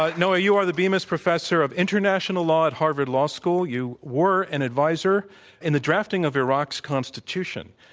ah noah, you are the bemis professor of international law at harvard law school. you were an advisor in the drafting of iraq's constitution,